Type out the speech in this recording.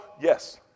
yes